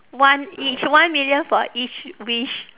one each one million for each wish